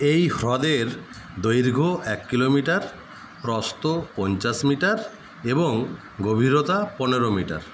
এই হ্রদের দৈর্ঘ্য এক কিলোমিটার প্রস্থ পঞ্চাশ মিটার এবং গভীরতা পনেরো মিটার